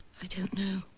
i don't know.